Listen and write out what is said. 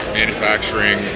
manufacturing